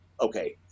okay